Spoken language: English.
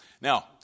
Now